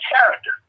character